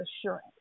assurance